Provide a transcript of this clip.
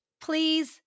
please